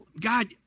God